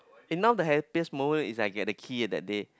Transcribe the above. eh now the happiest moment is I get the key eh that day